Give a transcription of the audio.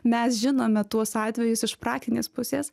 mes žinome tuos atvejus iš praktinės pusės